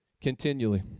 continually